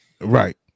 Right